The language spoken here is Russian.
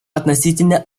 относительно